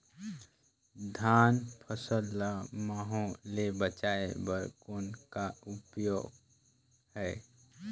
धान फसल ल महू ले बचाय बर कौन का उपाय हे?